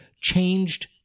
changed